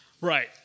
Right